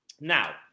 now